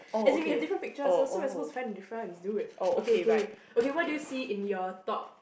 as in we have different pictures so so we're supposed to find the difference dude okay okay okay what do you see in your top